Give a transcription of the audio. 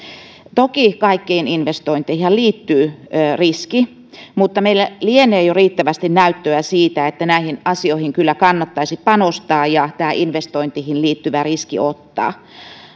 toki kaikkiin investointeihinhan liittyy riski mutta meillä lienee jo riittävästi näyttöä siitä että näihin asioihin kyllä kannattaisi panostaa ja tämä investointeihin liittyvä riski ottaa